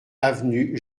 avenue